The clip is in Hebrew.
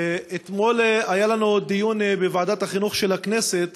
אתמול היה לנו דיון בוועדת החינוך של הכנסת